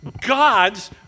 God's